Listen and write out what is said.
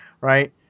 right